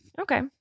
Okay